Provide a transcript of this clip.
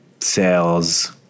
Sales